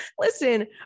Listen